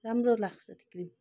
राम्रो लाग्छ त्यो क्रिम